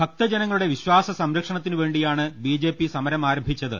ഭക്തജനങ്ങ ളുടെ വിശ്വാസ സംരക്ഷണത്തിനുവേണ്ടിയാണ് ബിജെപി സമരം ആരം ഭിച്ചത്